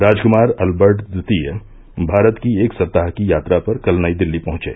राजकुमार Albert द्वितीय भारत की एक सप्ताह की यात्रा पर कल नई दिल्ली पहुंचे